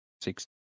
six